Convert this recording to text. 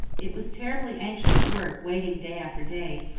it was terribly anxious work waiting day after day,